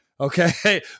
Okay